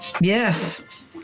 Yes